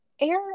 air